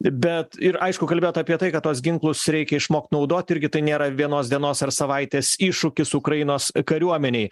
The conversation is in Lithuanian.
bet ir aišku kalbėjot apie tai kad tuos ginklus reikia išmokt naudot irgi tai nėra vienos dienos ar savaitės iššūkis ukrainos kariuomenei